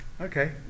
Okay